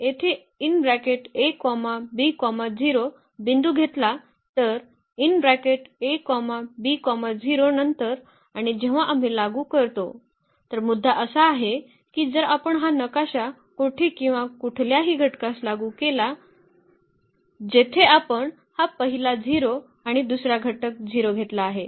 तर जर आपण येथे a b 0 बिंदू घेतला तर नंतर आणि जेव्हा आम्ही लागू करतो तर मुद्दा असा आहे की जर आपण हा नकाशा कोठे किंवा कुठल्याही घटकास लागू केला जेथे आपण हा पहिला 0 आणि दुसरा घटक 0 घेतला आहे